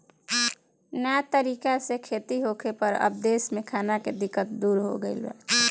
नया तरीका से खेती होखे पर अब देश में खाना के दिक्कत दूर हो गईल बा